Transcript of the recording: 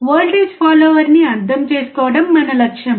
voltage ఫాలోయర్ని అర్థం చేసుకోవడం మన లక్ష్యం